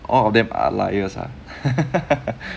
all of them are liars ah